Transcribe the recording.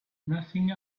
nothing